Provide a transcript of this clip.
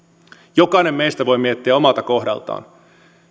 jokainen meistä voi miettiä omalta kohdaltaan